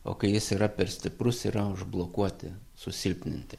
o kai jis yra per stiprus yra užblokuoti susilpninti